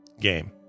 game